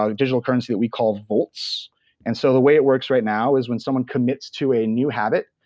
um digital currency that we call volts and so the way it works right now is when someone commits to a new habit,